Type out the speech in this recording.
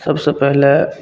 सबसे पहिले